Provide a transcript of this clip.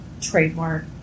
trademark